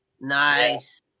Nice